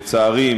לצערי,